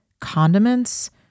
condiments